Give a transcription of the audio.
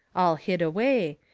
all hid away,